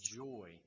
joy